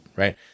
Right